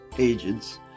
agents